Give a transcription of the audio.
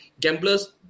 gamblers